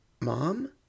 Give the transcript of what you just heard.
Mom